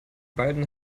beiden